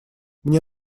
мне